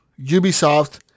Ubisoft